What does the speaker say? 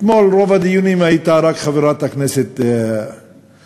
אתמול ברוב הדיונים הייתה רק חברת הכנסת מירב,